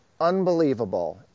unbelievable